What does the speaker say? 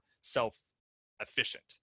self-efficient